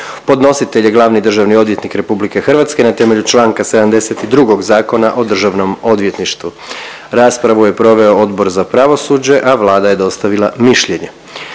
Podnositelj je glavni državni odvjetnik Republike Hrvatske na temelju čl. 72. Zakona o državnom odvjetništvu. Raspravu je proveo Odbor za pravosuđe, a Vlada je dostavila mišljenje.